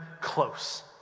close